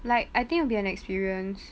like I think it'll be an experience